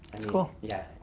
that's cool. yeah,